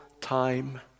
time